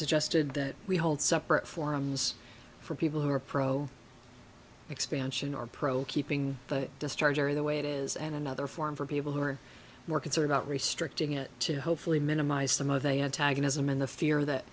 suggested that we hold separate forums for people who are pro expansion or pro keeping the discharger the way it is and another form for people who are more concerned about restricting it to hopefully minimize some of a antagonism in the fear that